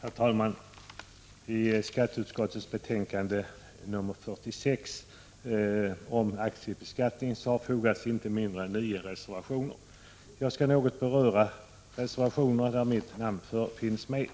Herr talman! Till skatteutskottets betänkande 46 om aktiebeskattning har fogats inte mindre än nio reservationer. Jag skall något beröra de reservationer där mitt namn finns med.